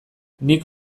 nik